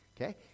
Okay